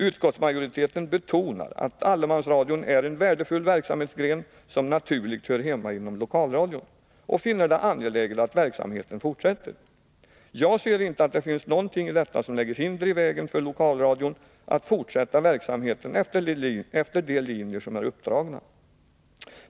Utskottsmajoriteten betonar att allemansradion är en värdefull verksamhetsgren, som naturligt hör hemma inom lokalradion, och finner det angeläget att verksamheten fortsätter. Jag ser inte att det finns någonting i detta som lägger hinder i vägen för lokalradion att fortsätta verksamheten efter de linjer som är uppdragna.